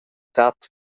tat